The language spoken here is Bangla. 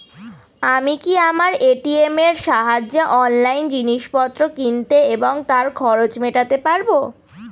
আমি কি আমার এ.টি.এম এর সাহায্যে অনলাইন জিনিসপত্র কিনতে এবং তার খরচ মেটাতে পারব?